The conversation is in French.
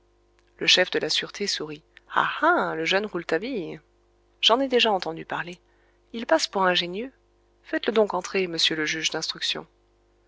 le chef de la sûreté sourit ah ah le jeune rouletabille j'en ai déjà entendu parler il passe pour ingénieux faites-le donc entrer monsieur le juge d'instruction